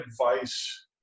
advice